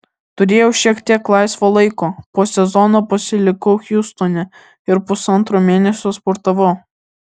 turėjau šiek tiek laisvo laiko po sezono pasilikau hjustone ir pusantro mėnesio sportavau